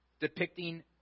depicting